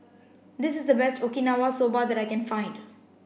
this is the best Okinawa Soba that I can find